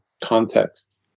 context